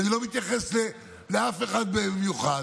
ואני לא מתייחס לאף אחד במיוחד.